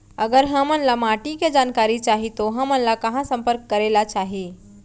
अगर हमन ला माटी के जानकारी चाही तो हमन ला कहाँ संपर्क करे ला चाही?